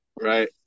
Right